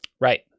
Right